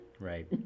Right